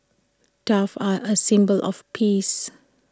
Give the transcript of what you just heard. doves are A symbol of peace